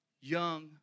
Young